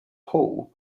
paul